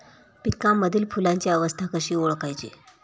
पिकांमधील फुलांची अवस्था कशी ओळखायची?